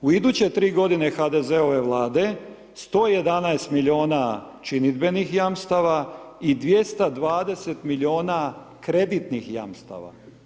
U iduće 3 godine HDZ-ove Vlade 111 milijuna činidbenih jamstava i 220 milijuna kreditnih jamstava.